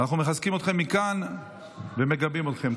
אנחנו מחזקים אתכם מכאן ומגבים אתכם.